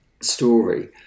story